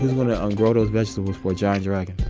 who's going to and grow those vegetables for giant dragon?